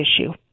issue